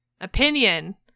opinion